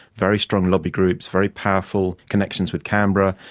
very strong lobby groups, very powerful connections with canberra.